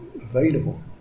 available